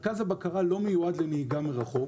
מרכז הבקרה לא מיועד לנהיגה מרחוק.